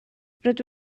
rydw